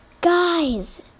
Guys